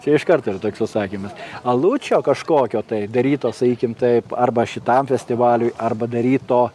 čia iš karto yra toks atsakymas alučio kažkokio tai daryto sakykim taip arba šitam festivaliui arba daryto